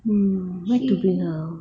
mm where to bring her out